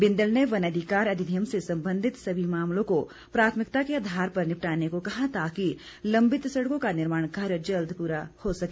बिंदल ने वन अधिकार अधिनियम से संबंधित सभी मामलों को प्राथमिकता के आधार पर निपटाने को कहा ताकि लंबित सड़कों का निर्माण कार्य जल्द प्ररा हो सके